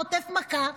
חוטף מכה,